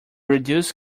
reduced